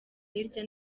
hirya